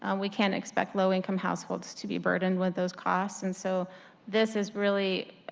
and we can't expect low-income households to be burdened with those costs, and so this is really